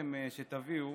שהבטחתם שתביאו,